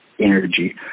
energy